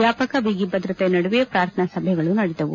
ವ್ಚಾಪಕ ಬಿಗಿ ಭದ್ರತೆ ನಡುವೆ ಪ್ರಾರ್ಥನಾ ಸಭೆಗಳು ನಡೆದವು